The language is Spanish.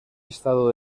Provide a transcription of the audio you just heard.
estado